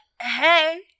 hey